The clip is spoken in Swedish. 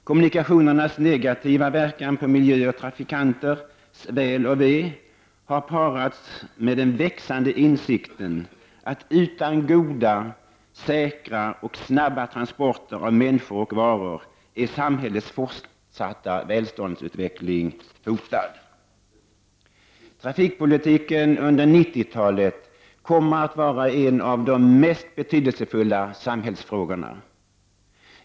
Kommunikationernas negativa verkan på miljö och trafikanters väl och ve har parats med den växande insikten att utan goda, säkra och snabba transporter av människor och varor är samhällets fortsatta välståndsutveckling hotad. Trafikpolitiken kommer under 90-talet att vara en av de mest betydelsefulla samhällsfrågorna.